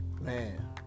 man